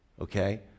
Okay